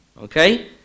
okay